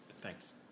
Thanks